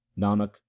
nanak